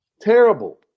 Terrible